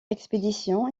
expédition